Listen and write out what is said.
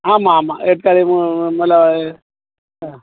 ஆமாம் ஆமாம் வெக்காளியம்மன் ஆ